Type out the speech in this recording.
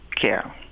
care